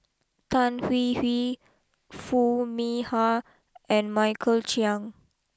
Tan Hwee Hwee Foo Mee Har and Michael Chiang